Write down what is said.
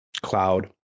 cloud